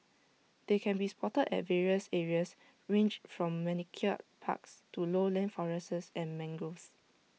they can be spotted at various areas ranged from manicured parks to lowland forests and mangroves